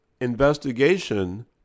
investigation